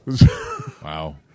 Wow